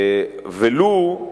ולו,